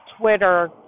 Twitter